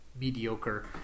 mediocre